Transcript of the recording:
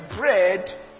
bread